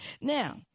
Now